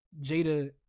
Jada